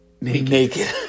naked